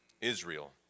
Israel